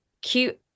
cute